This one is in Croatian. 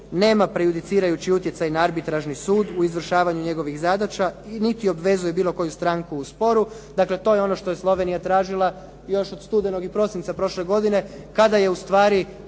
nema prejudicirajući utjecaj na arbitražni sud u izvršavanju njegovih zadaća, niti obvezuje bilo koju stranku u sporu. Dakle, to je ono što je Slovenija tražila još od studenog i prosinca prošle godine, kada je ustvari